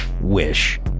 wish